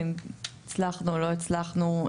הצלחנו או לא הצלחנו,